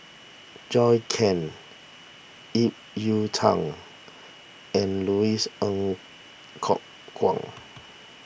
Zhou Can Ip Yiu Tung and Louis Ng Kok Kwang